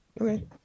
Okay